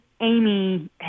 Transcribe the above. Amy